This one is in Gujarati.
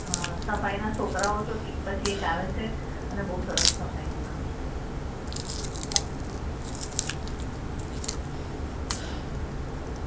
હ સફાઈના છોકરાંઓ તો પછી એક આવે છે અને બહુ સરસ સફાઈનું કામ છે